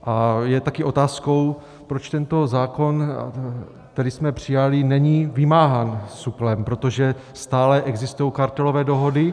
A je také otázkou, proč tento zákon, který jsme přijali, není vymáhán SÚKLem, protože stále existují kartelové dohody.